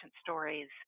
stories